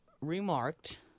remarked